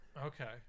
Okay